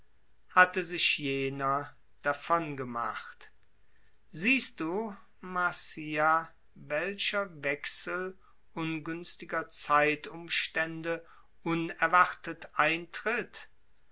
hatte sich jener gemacht siehst du marcia welcher wechsel ungünstiger zeitumstände unerwartet eintritt